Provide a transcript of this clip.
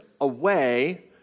away